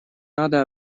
надо